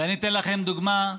ואני אתן לכם דוגמה.